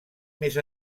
més